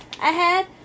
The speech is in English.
Ahead